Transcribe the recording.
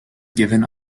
given